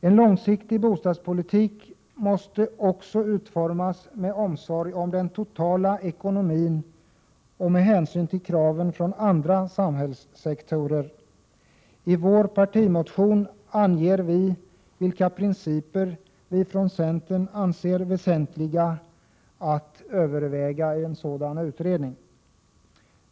En långsiktig bostadspolitik måste också utformas med omsorg om den totala ekonomin och med hänsyn till kraven från andra samhällssektorer. I vår partimotion anger vi vilka principer vi från centern anser väsentliga att överväga i en utredning.